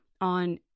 on